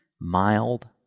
Mild